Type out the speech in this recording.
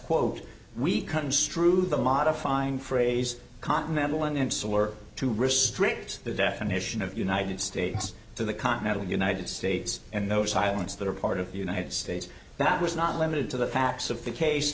quote we construe the modifying phrase continental and insular to restrict the definition of united states to the continental united states and those islands that are part of the united states that was not limited to the facts of the case